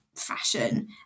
fashion